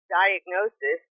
diagnosis